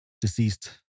deceased